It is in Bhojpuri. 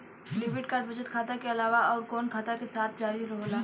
डेबिट कार्ड बचत खाता के अलावा अउरकवन खाता के साथ जारी होला?